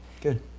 Good